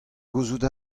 gouzout